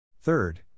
Third